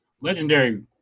legendary